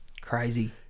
Crazy